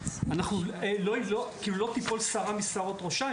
לא תיפול שערה משערות ראשה.